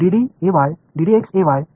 Ay என்பது x ஆகும்